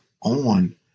on